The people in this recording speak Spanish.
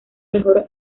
mejoró